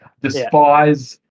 Despise